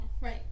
Right